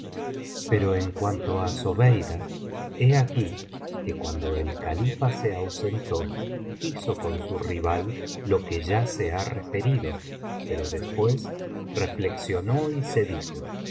pero en cuanto á zobekja he aquí que cuando el califa se ausentó hizo con su rival lo qye ya se ha referido pero después reflexionó y se dijo